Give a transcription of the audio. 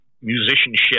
musicianship